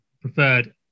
preferred